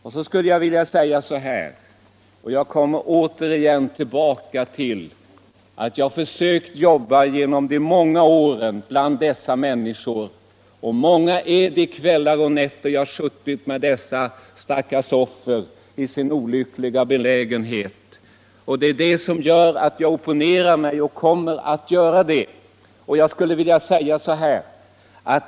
Alla andra alkoholhaltiga drycker skall finnas i systembutikerna. Jag har under många år arbetat bland alkoholskadade människor. Många är de kvällar som jag har suttit med dessa stackars offer i deras olyckliga belägenhet. Det är det som gör att jag opponerar mig och kommer att göra det mot försäljning av mellanöl i butikerna.